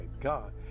God